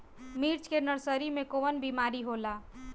मिर्च के नर्सरी मे कवन बीमारी होला?